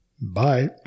Bye